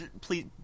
please